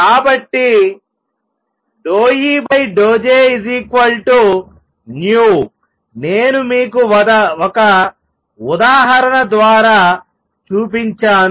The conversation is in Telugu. కాబట్టి∂E∂Jνన్యూ నేను మీకు ఒక ఉదాహరణ ద్వారా చూపించాను